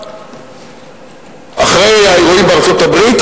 אחרי האירועים בארצות-הברית,